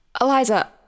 Eliza